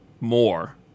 more